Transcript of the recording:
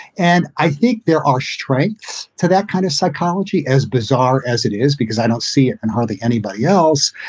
and i think there are strengths to that kind of psychology, as bizarre as it is, because i don't see it and hardly anybody else.